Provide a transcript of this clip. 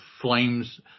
flames